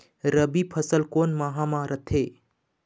रबी फसल कोन माह म रथे?